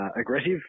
aggressive